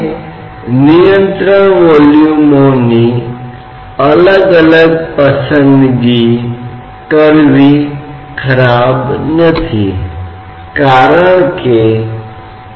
तो यह कैसे होता है आपने उलटा ट्यूब कहा है और इस उल्टे ट्यूब को कुछ तरल पदार्थ पारे के स्नान में डाल दिया जाता है और हम कहते हैं कि यह बहुत ऊंचाई तक है